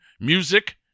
music